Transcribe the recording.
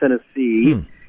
Tennessee